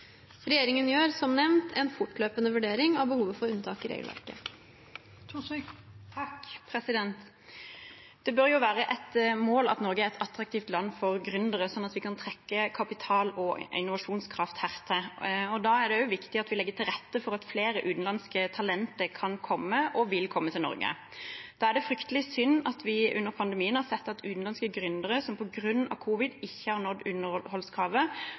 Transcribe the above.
Regjeringen gjør, som nevnt, en fortløpende vurdering av behovet for unntak i regelverket. Det bør være et mål at Norge er et attraktivt land for gründere, sånn at vi kan trekke kapital og innovasjonskraft hit, og da er det også viktig at vi legger til rette for at flere utenlandske talenter kan og vil komme til Norge. Da er det fryktelig synd at vi under pandemien har sett at utenlandske gründere som på grunn av covid ikke har nådd underholdskravet